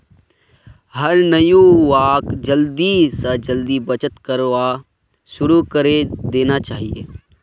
हर नवयुवाक जल्दी स जल्दी बचत करवार शुरू करे देना चाहिए